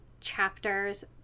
chapters